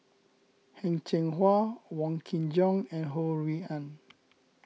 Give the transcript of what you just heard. Heng Cheng Hwa Wong Kin Jong and Ho Rui An